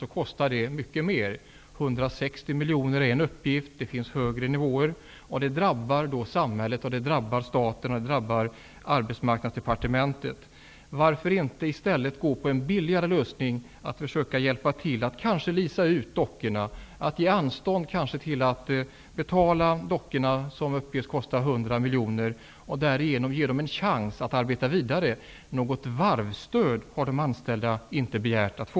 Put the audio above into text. Enligt en uppgift kostar det 160 miljoner kronor, och det finns även uppgifter om högre kostnader. Detta drabbar samhället, inte minst staten i stort och Arbetsmarknadsdepartementet. Varför inte i stället försöka åstadkomma en billigare lösning? Man kunde leasa ut dockorna och ge anstånd med att betala dockorna, som uppges kosta 100 miljoner kronor. Därigenom kunde man ge företaget en chans att arbeta vidare. Något varvsstöd har de anställda inte begärt att få.